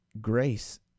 grace